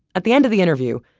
at the end of the interview,